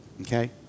Okay